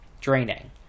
draining